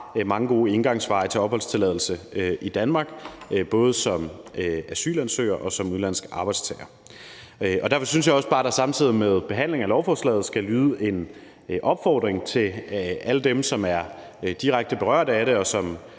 mange gode indgangsveje til opholdstilladelse i Danmark, både som asylansøger og som udenlandsk arbejdstager. Derfor synes jeg også bare, at der samtidig med behandlingen af lovforslaget skal lyde en opfordring til alle dem, som er direkte berørt af det,